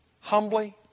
Humbly